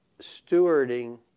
stewarding